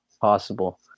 possible